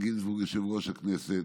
איתן גינזבורג, יושב-ראש הישיבה.